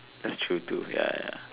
that's true too ya ya